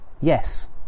yes